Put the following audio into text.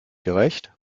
gerecht